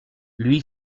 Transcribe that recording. lui